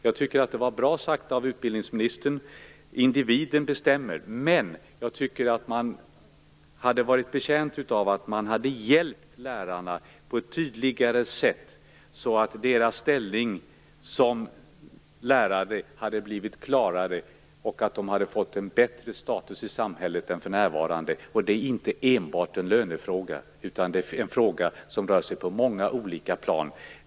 Jag tycker att det var bra sagt av utbildningsministern att individen bestämmer, men jag tycker att det hade varit bra om lärarna hade fått hjälp på ett tydligare sätt, så att deras ställning som lärare hade blivit klarare och så att de hade fått bättre status i samhället än för närvarande. Detta är inte enbart en lönefråga, utan det är en fråga som rör sig på många olika plan.